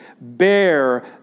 bear